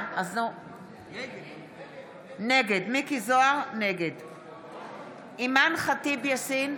נגד אימאן ח'טיב יאסין,